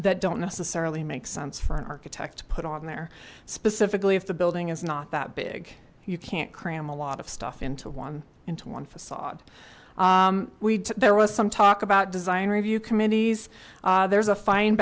that don't necessarily make sense for an architect to put on there specifically if the building is not that big you can't cram a lot of stuff into one into one facade we there was some talk about design review committees there's a fin